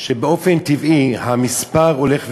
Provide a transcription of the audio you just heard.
שבאופן טבעי המספר הולך וגדל,